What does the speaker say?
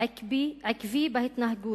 עקבי בהתנהגות,